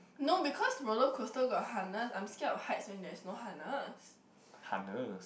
no because roller coaster got harness I am scared of heights and there is no harness